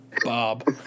Bob